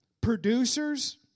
producers